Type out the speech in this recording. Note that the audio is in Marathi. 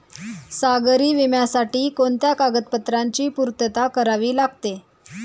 सागरी विम्यासाठी कोणत्या कागदपत्रांची पूर्तता करावी लागते?